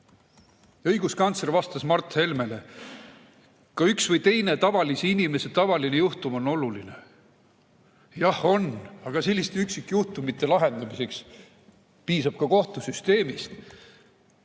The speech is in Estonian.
Õiguskantsler vastas Mart Helmele, et ka üks või teine tavalise inimese tavaline juhtum on oluline. Jah, on, aga selliste üksikjuhtumite lahendamiseks piisab ka kohtusüsteemist.